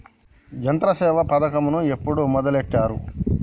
యంత్రసేవ పథకమును ఎప్పుడు మొదలెట్టారు?